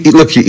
Look